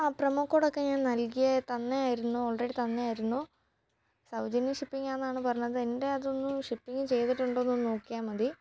ആ promo code ഒക്കെ ഞാൻ നൽകിയ തന്നേ ആയിരുന്നു ഓൾറെഡി തന്ന ആയിരുന്നു സൗജന്യ ഷിപ്പിങ്ങന്നാണ് പറഞ്ഞത് എൻ്റെ അതൊന്ന് ഷിപ്പിംഗ് ചെയ്തിട്ടുണ്ടോ ഒന്ന് നോക്കിയാൽ മതി